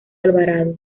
alvarado